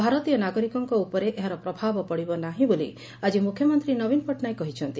ଭାରତୀୟ ନାଗରିକଙ୍କ ଉପରେ ଏହାର ପ୍ରଭାବ ପଡ଼ିବ ନାହିଁ ବୋଲି ଆକି ମୁଖ୍ୟମନ୍ତୀ ନବୀନ ପଟ୍ଟନାୟକ କହିଛନ୍ତି